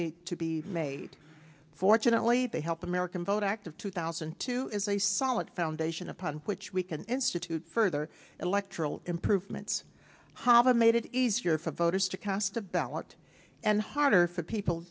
need to be made fortunately they help america vote act of two thousand and two is a solid foundation upon which we can institute further electoral improvements hava made it easier for voters to cast a ballot and harder for people